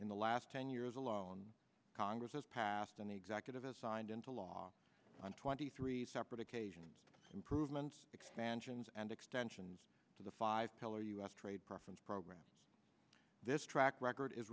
in the last ten years alone congress has passed an executive has signed into law on twenty three separate occasions improvements expansions and extensions to the five pillar u s trade preference program this track record is